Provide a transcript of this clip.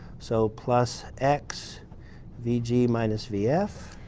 so plus x vg minus vf.